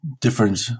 different